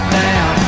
down